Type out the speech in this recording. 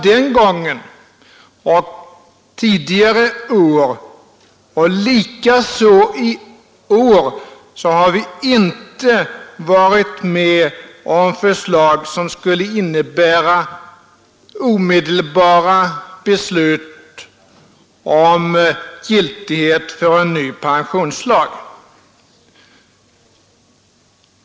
Den gången, tidigare år och likaså i år har vi inte varit med om förslag som skulle innebära omedelbara beslut om giltighet för en ny pensionslag.